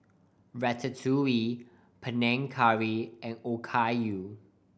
Ratatouille Panang Curry and Okayu